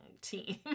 team